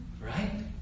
Right